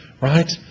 right